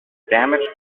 damaged